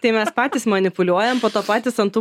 tai mes patys manipuliuojam po to patys ant tų